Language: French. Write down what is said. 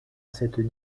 cette